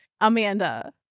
Amanda